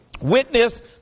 Witness